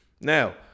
Now